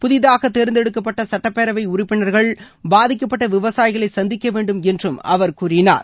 புதிதாக தேர்ந்தெடுக்கப்பட்ட சட்டப்பேரவை உறுப்பினர்கள் பாதிக்கப்பட்ட விவசாயிகளை சந்திக்க வேண்டும் என்று கூறினார்